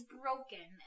broken